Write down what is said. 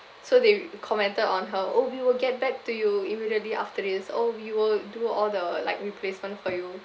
so they commented on her oh we will get back to you immediately after this oh we will do all the like replacement for you